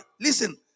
Listen